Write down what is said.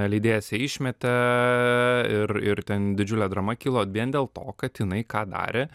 leidėjas ją išmetė ir ir ten didžiulė drama kilo vien dėl to kad jinai ką darė